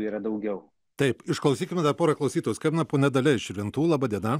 yra daugiau taip išklausykime tą porą klausytų skambina ponia dalia širvintų laba diena